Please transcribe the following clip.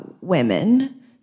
women